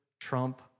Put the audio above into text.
trump